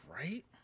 right